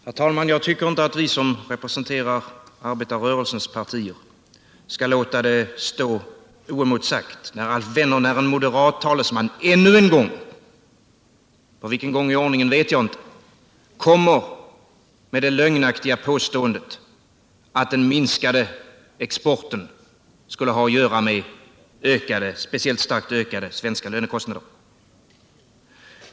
Herr talman! Jag tycker inte att vi som representerar arbetarrörelsens partier skall låta det stå oemotsagt när en moderat talesman ännu en gång — för vilken gång i ordningen vet jag inte — kommer med det lögnaktiga påståendet att den minskade exporten skulle ha att göra med speciellt starkt ökade svenska lönekostnader.